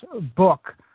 book